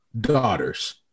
daughters